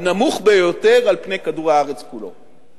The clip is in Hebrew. הנמוך ביותר על פני כדור הארץ כולו.